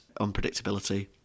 unpredictability